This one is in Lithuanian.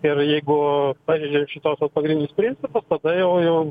ir jeigu pažeidžiam šituos vat pagrindinius principus tada jau jau